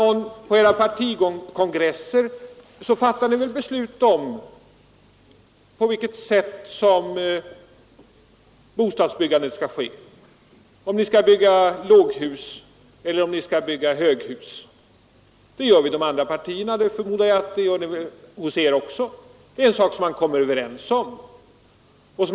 Men på era kongresser fattar ni väl beslut om på vilket sätt bostadsbyggandet skall ske — om det exempelvis skall byggas höghus. Det gör vi i de andra partierna. Jag förmodar att även ni gör så.